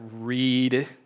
read